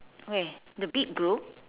wait the big group